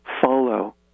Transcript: follow